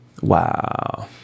Wow